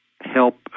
help